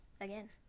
again